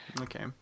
Okay